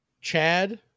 Chad